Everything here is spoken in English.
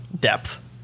depth